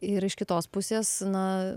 ir iš kitos pusės na